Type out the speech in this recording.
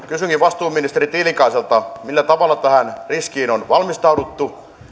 kysynkin vastuuministeri tiilikaiselta millä tavalla tähän riskiin on valmistauduttu